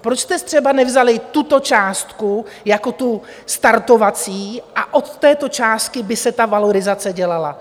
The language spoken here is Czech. Proč jste třeba nevzali tuto částku jako tu startovací a od této částky by se ta valorizace dělala?